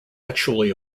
actually